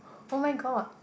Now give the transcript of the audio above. oh-my-god